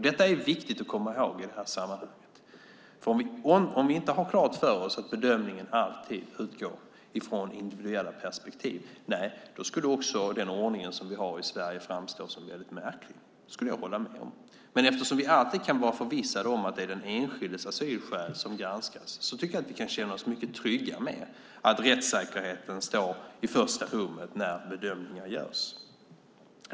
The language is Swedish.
Detta är viktigt att komma ihåg i det här sammanhanget. Om vi inte skulle ha klart för oss att bedömningen alltid utgår från individuella perspektiv skulle den ordning som vi har i Sverige framstå som väldigt märklig. Det skulle jag hålla med om. Men eftersom vi alltid kan vara förvissade om att det är den enskildes asylskäl som granskas tycker jag att vi kan känna oss mycket trygga med att rättssäkerheten står i första rummet när bedömningar görs.